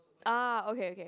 ah okay okay